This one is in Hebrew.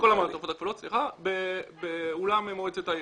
כן, את כל המעטפות הכפולות באולם מועצת העיר.